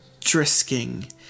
Drisking